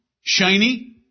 shiny